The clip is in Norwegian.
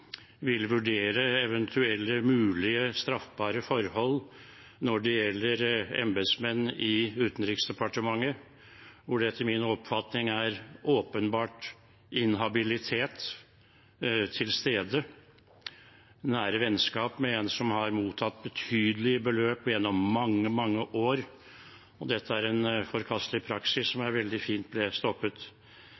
vil vurdere eventuelle mulige straffbare forhold når det gjelder embetsmenn i Utenriksdepartementet, hvor det etter min oppfatning er åpenbar inhabilitet til stede, nære vennskap med en som har mottatt betydelige beløp gjennom mange, mange år. Dette er en forkastelig praksis, som